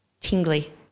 tingly